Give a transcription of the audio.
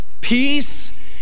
peace